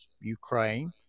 Ukraine